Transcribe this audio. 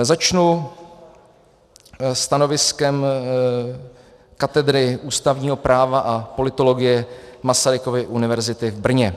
Začnu stanoviskem Katedry ústavního práva a politologie Masarykovy univerzity v Brně.